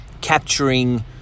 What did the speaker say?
capturing